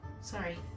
Sorry